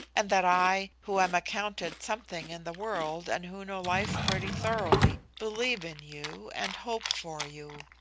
and that i, who am accounted something in the world and who know life pretty thoroughly, believe in you and hope for you.